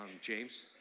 James